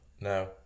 No